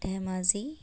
Dhemaji